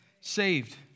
Saved